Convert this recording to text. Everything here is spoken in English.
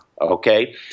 okay